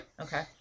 Okay